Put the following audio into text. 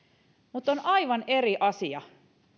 mutta on aivan eri asia